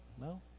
No